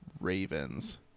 Ravens